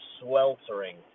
sweltering